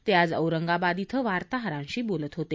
ते आज औरंगाबाद ी वार्ताहरांशी बोलत होते